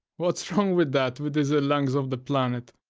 what's wrong with that, with these ah lungs of the planet?